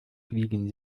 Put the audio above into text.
fliegen